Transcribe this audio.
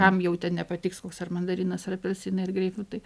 kam jau ten nepatiks koks ar mandarinas ar apelsinai ar greipfrutai